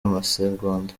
amasegonda